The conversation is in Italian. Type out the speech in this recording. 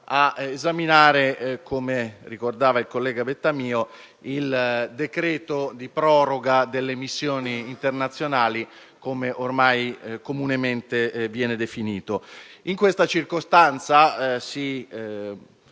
esaminare, come ricordava il collega Bettamio, il decreto-legge di proroga delle missioni internazionali, come ormai comunemente viene definito. In questa circostanza si